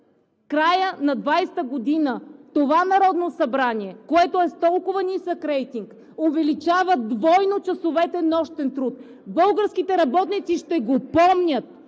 края на 2020 г., това Народно събрание, което е с толкова нисък рейтинг, увеличава двойно часовете нощен труд. Българските работници ще го помнят,